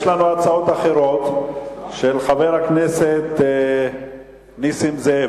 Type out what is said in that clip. יש לנו הצעות אחרות, של חבר הכנסת נסים זאב.